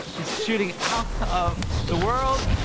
he's shooting out of the world!